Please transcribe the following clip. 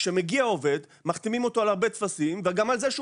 כשמגיע עובד מחתימים אותו על הרבה טפסים וגם על זה שהוא